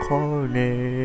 Corner